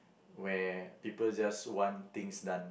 where people just want things done